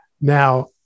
Now